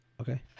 Okay